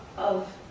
of,